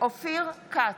אופיר כץ,